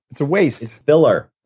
it's a waste it's filler